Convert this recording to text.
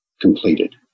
completed